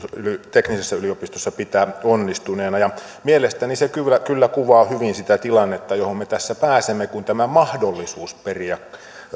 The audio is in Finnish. teknillisessä yliopistossa pitää onnistuneena ja mielestäni se kyllä kyllä kuvaa hyvin sitä tilannetta johon me tässä pääsemme kun tämä mahdollisuus periä